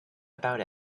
about